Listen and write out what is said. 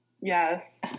Yes